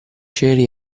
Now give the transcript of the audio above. ceri